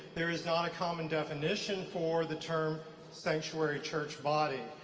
there is not a common definition for the term sanctuary church body.